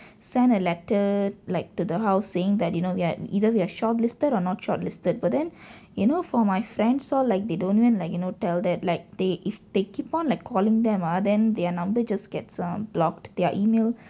send a letter like to the house saying that you know we are either we are shortlisted are not shortlisted but then you know for my friend all like they don't even like you know tell that like they if they keep on calling them ah then their number just gets uh blocked their email